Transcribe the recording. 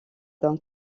d’un